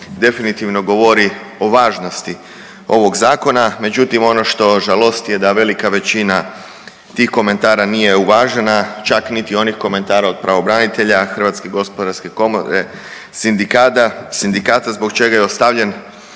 definitivno govori o važnosti ovog zakona međutim ono što žalosti je da velika većina tih komentara nije uvažena čak niti onih komentara od pravobranitelja, Hrvatske gospodarske komore, sindikada, sindikata zbog čega je ostavljen